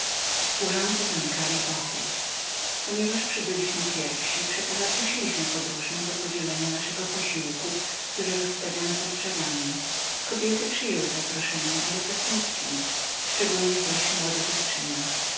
służący zamykali pochód ponieważ my przybyliśmy pierwsi przeto zaprosiliśmy podróżnych do podzielenia naszego posiłku który rozstawiano pod drzewami kobiety przyjęły ale ze smutkiem szczególniej zaś młoda dziewczyna